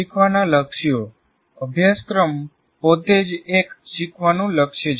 શીખવાના લક્ષ્યો અભ્યાસક્રમ પોતે જ એક શીખવાનું લક્ષ્ય છે